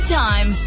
time